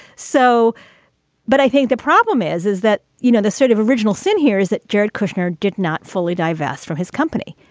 so but i think the problem is, is that, you know, the sort of original sin here is that jared kushner did not fully divest from his company.